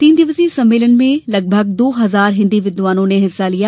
तीन दिवसीय इस सम्मेलन में लगभग दो हजार हिन्दी विद्वानों ने हिस्सा लिया